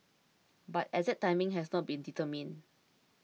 but exact timing has not been determined